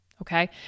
Okay